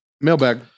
mailbag